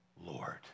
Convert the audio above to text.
Lord